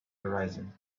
horizon